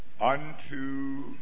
unto